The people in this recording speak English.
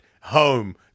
home